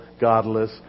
godless